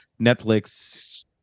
netflix